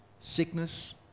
Sickness